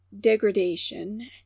degradation